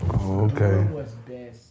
Okay